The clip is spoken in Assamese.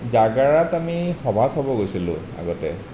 জাগাৰত আমি সভা চাব গৈছিলোঁ আগতে